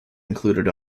included